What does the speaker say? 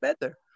better